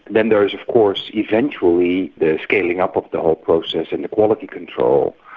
then there is of course eventually the scaling up of the whole process and quality control,